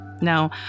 Now